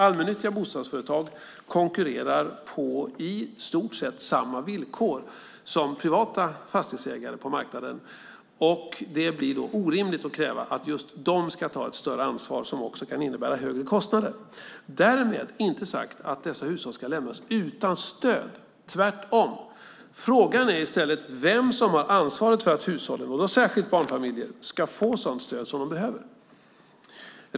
Allmännyttiga bostadsföretag konkurrerar på i stort sett samma villkor som privata fastighetsägare på marknaden. Det blir då orimligt att kräva att just de ska ta ett större ansvar som också kan innebära högre kostnader. Därmed inte sagt att dessa hushåll ska lämnas utan stöd, tvärtom! Frågan är i stället vem som har ansvaret för att hushållen - och då särskilt barnfamiljer - ska få sådant stöd som de behöver.